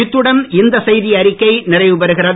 இத்துடன் இந்த செய்தியறிக்கை நிறைவுபெறுகிறது